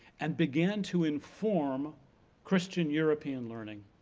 and began to inform christian european learning